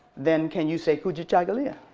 then can you say kujichagulia?